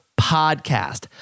podcast